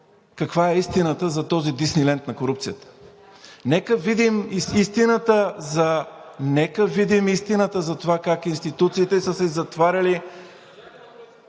каква е истината за този Дисниленд на корупцията. Нека видим за това как институциите са си затваряли…